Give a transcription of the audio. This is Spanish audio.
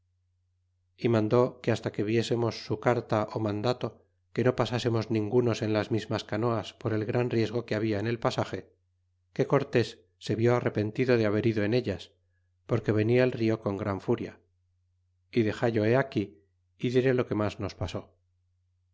y mandó que hasta que viésemos su carta ó mandato que no passemos ningunos en las mismas canoas por el gran riesgo que habla en el pasage que cortés se vió arrepentido de haber ido en ellas porque venia el rio con gran furia y dexallo he aquí y diré lo que mas nos pasó